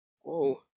Whoa